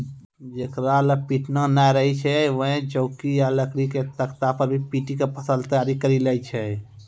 जेकरा लॅ पिटना नाय रहै छै वैं चौकी या लकड़ी के तख्ता पर भी पीटी क फसल तैयार करी लै छै